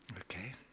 Okay